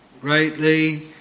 greatly